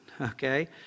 okay